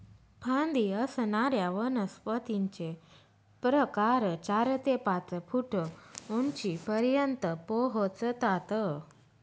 फांदी असणाऱ्या वनस्पतींचे प्रकार चार ते पाच फूट उंचीपर्यंत पोहोचतात